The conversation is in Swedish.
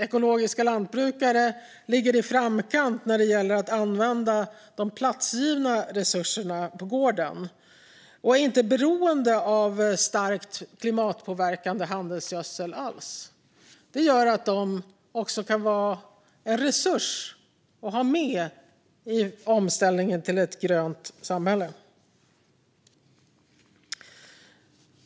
Ekologiska lantbrukare ligger i framkant när det gäller att använda de platsgivna resurserna på gården och är inte beroende av starkt klimatpåverkande handelsgödsel alls. Det gör att de också kan vara en resurs att ha med i omställningen till ett grönt samhälle.